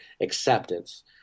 acceptance